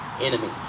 enemy